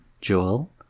Joel